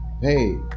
hey